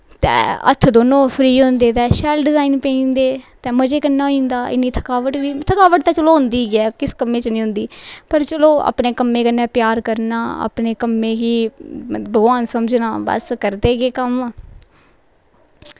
दोनों फ्री होंदे ते शैल डिज़ाइन पेई जंदे ते मजे कन्नै होई जंदा ते इ'न्नी थकावट बी निं थकावट ते चलो होंदी गै ऐ किस कम्मै च निं होंदी ऐ पर चलो अपनै कम्मै कन्नै प्यार करना अपने कम्मे गी भगवान समझना बस करदे गे कम्म